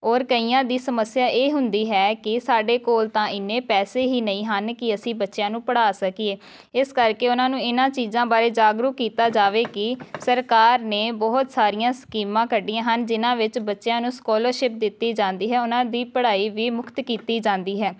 ਔਰ ਕਈਆਂ ਦੀ ਸਮੱਸਿਆ ਇਹ ਹੁੰਦੀ ਹੈ ਕਿ ਸਾਡੇ ਕੋਲ ਤਾਂ ਇੰਨੇ ਪੈਸੇ ਹੀ ਨਹੀਂ ਹਨ ਕਿ ਅਸੀਂ ਬੱਚਿਆਂ ਨੂੰ ਪੜ੍ਹਾ ਸਕੀਏ ਇਸ ਕਰਕੇ ਉਨ੍ਹਾਂ ਨੂੰ ਇਨ੍ਹਾਂ ਚੀਜ਼ਾਂ ਬਾਰੇ ਜਾਗਰੂਕ ਕੀਤਾ ਜਾਵੇ ਕਿ ਸਰਕਾਰ ਨੇ ਬਹੁਤ ਸਾਰੀਆਂ ਸਕੀਮਾਂ ਕੱਢੀਆਂ ਹਨ ਜਿਨ੍ਹਾਂ ਵਿੱਚ ਬੱਚਿਆਂ ਨੂੰ ਸਕੋਲਰਸ਼ਿਪ ਦਿੱਤੀ ਜਾਂਦੀ ਹੈ ਉਨ੍ਹਾਂ ਦੀ ਪੜ੍ਹਾਈ ਵੀ ਮੁਫਤ ਕੀਤੀ ਜਾਂਦੀ ਹੈ